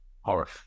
Horror